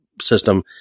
system